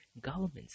governments